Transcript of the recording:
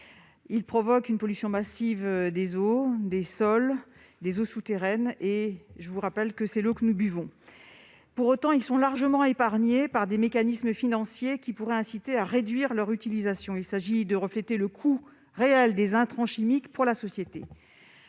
provoquent une pollution massive des eaux, des sols et des eaux souterraines- l'eau que nous buvons, je vous le rappelle. Pour autant, ils sont largement épargnés par des mécanismes financiers qui pourraient inciter à réduire leur utilisation. Il s'agit, ici, de refléter le coût réel des intrants chimiques pour la société.